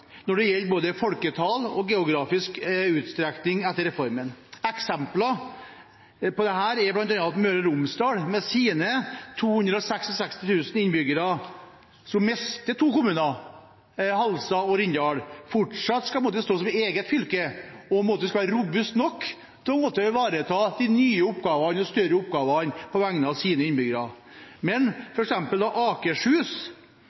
når det gjelder både folketall og geografisk utstrekning etter reformen. Eksempler på dette er bl.a. at Møre og Romsdal med sine 266 000 innbyggere, som mister to kommuner, Halstad og Rindal, fortsatt både skal stå som eget fylke og skal være robust nok til å ivareta de nye og større oppgavene på vegne av sine innbyggere,